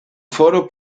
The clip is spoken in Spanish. foro